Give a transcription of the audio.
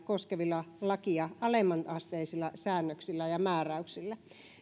koskevilla lakia alemman asteisilla säännöksillä ja määräyksillä